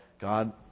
God